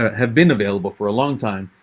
have been available for a long time.